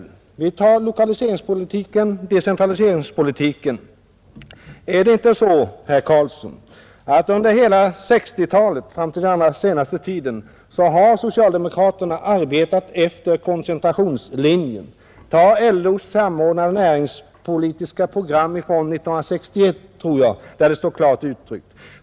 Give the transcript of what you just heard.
Låt oss se på lokaliseringspolitiken och decentraliseringspolitiken. Är det inte så, herr Karlsson, att under hela 1960-talet — fram till den allra senaste tiden — har socialdemokraterna arbetat efter koncentrationslinjen. Ta LO:s samordnade näringspolitiska program, från 1961 tror jag, där det står klart uttryckt!